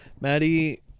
Maddie